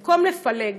במקום לפלג,